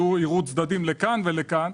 יראו צדדים לכאן ולכאן.